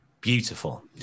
beautiful